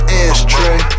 ashtray